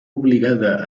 obligada